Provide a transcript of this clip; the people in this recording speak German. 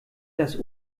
das